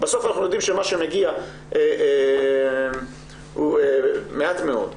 בסוף אנחנו יודעים שמה שמגיע הוא מעט מאוד.